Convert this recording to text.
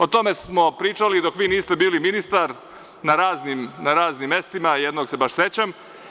O tome smo pričali dok vi niste bili ministar na raznim mestima, a jednog se baš sećam.